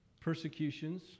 persecutions